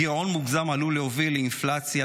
גירעון מוגזם עלול להוביל לאינפלציה,